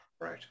right